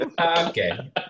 Okay